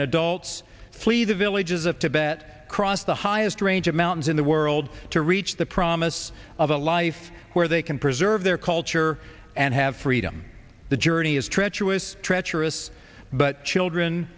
and adults flee the villages of tibet cross the highest range of mountains in the world to reach the promise of a life where they can preserve their culture and have freedom the journey is treacherous treacherous but children